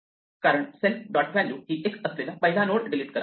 नाहीतर self dot value ही x असलेला पहिला नोड डिलीट करा